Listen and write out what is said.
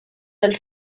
del